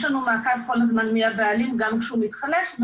לנו מעקב כל הזמן מי הבעלים גם כשהוא מתחלף,